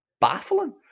baffling